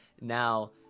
Now